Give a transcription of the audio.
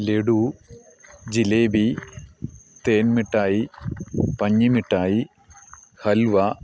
ലഡു ജിലേബി തേൻമിഠായി പഞ്ഞിമിഠായി ഹൽവ